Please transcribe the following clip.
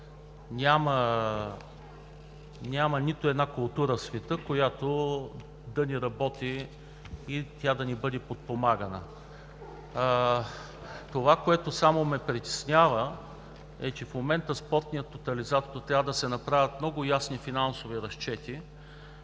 Няма нито една култура в света, която да не работи и тя да не бъде подпомагана. Това, което ме притеснява, е, че в момента Спортният тотализатор – трябва да се направят много ясни финансови разчети